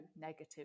negative